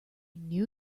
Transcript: knew